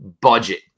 budget